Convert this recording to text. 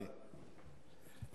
אביא לך את הציטטות.